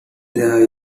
there